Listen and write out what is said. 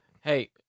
Hey